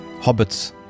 Hobbits